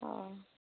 অঁ